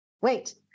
Wait